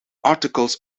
articles